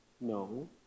No